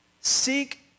seek